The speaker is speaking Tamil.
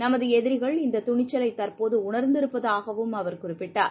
நமதுஎதிரிகள் இந்ததுணிச்சலைதற்போதுஉணர்திருப்பதாகவும் அவர் குறிப்பிட்டார்